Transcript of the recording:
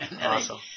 Awesome